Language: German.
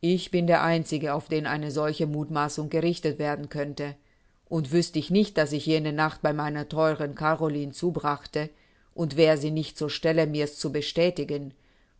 ich bin der einzige auf den eine solche muthmassung gerichtet werden könnte und wüßt ich nicht daß ich jene nacht bei meiner theuren caroline zubrachte und wäre sie nicht zur stelle mir's zu bestätigen